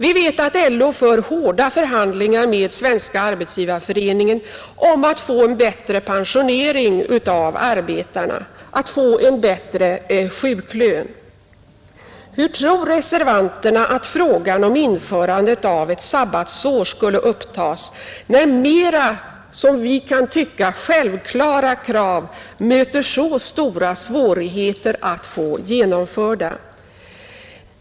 Vi vet att LO för hårda förhandlingar med Arbetsgivareföreningen om en bättre pension för arbetarna och om en bättre sjuklön. Hur tror reservanterna att frågan om införandet av ett sabbatsår skulle tas upp, när det möter så stora svårigheter att få mer, som vi tycker, självklara krav genomförda.